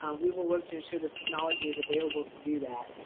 ah we will work to ensure the technology is available to do that.